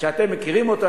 אתם מכירים אותו,